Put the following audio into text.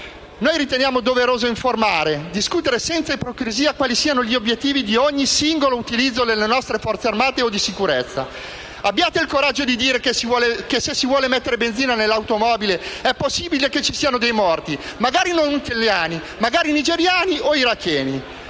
Riteniamo doveroso informare e discutere senza ipocrisia quali siano gli obiettivi di ogni singolo utilizzo delle nostre Forze armate o di sicurezza. Abbiate il coraggio di dire che, se si vuole mettere benzina nell'automobile, è possibile che ci siano dei morti, magari non italiani, magari nigeriani o iracheni.